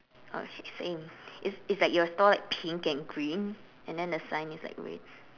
oh shit same is is like your stall like pink and green and then the sign is like red